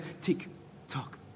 tick-tock